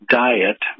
diet